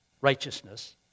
righteousness